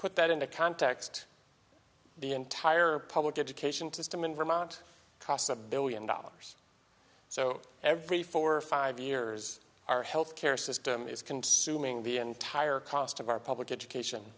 put that into context the entire public education system in vermont costs a billion dollars so every four or five years our health care system is consuming the entire cost of our public education